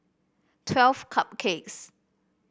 Twelve Cupcakes